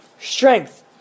strength